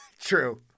True